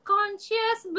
Conscious